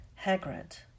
Hagrid